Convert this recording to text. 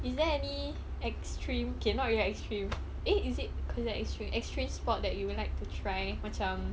is there any extreme K not really extreme eh is it cause that extreme extreme sport that you would like to try macam